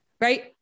right